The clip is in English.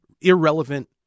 irrelevant